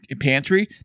pantry